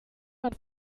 man